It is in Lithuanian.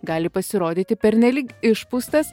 gali pasirodyti pernelyg išpūstas